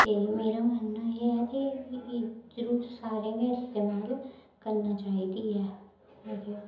ते मेरा मनना एह् ऐ की जरूर सारें गै इस्तेमाल करना चाहिदी ऐ